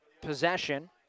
possession